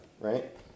right